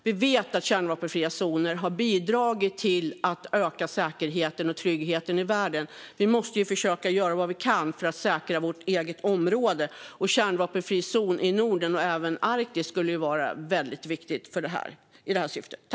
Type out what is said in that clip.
Vi vet att kärnvapenfria zoner har bidragit till att öka säkerheten och tryggheten i världen. Vi måste ju försöka göra vad vi kan för att säkra vårt eget område, och kärnvapenfri zon i Norden och även i Arktis skulle vara väldigt viktigt i det här syftet.